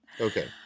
Okay